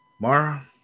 Mara